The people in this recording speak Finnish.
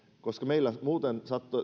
koska muuten